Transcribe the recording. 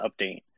update